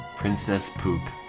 princess